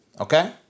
okay